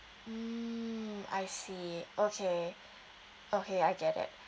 mm I see okay okay I get that